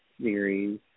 series